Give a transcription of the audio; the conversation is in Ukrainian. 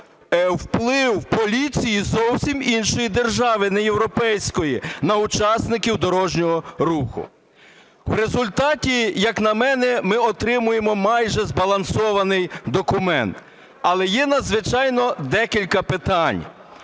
вплив поліції зовсім іншої держави, не європейської, на учасників дорожнього руху. В результаті, як на мене, ми отримуємо майже збалансований документ. Але є, звичайно, декілька питань.